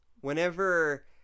whenever